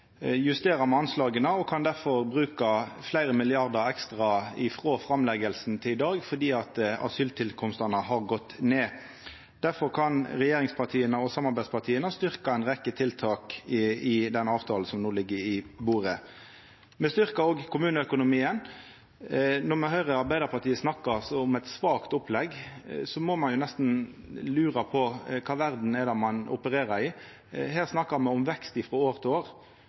justerer me anslaga og kan difor bruka fleire milliardar kroner ekstra frå budsjettframlegginga og til i dag, fordi asyltilkomstane har gått ned. Difor kan regjeringspartia og samarbeidspartia styrkja ei rekkje tiltak i den avtalen som no ligg på bordet. Me styrkjer òg kommuneøkonomien. Når me høyrer Arbeidarpartiet snakka om eit svakt opplegg, må ein nesten lura på kva verd det er ein opererer i. Her snakkar me om vekst frå år til år.